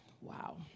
Wow